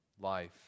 life